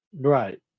Right